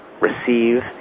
receive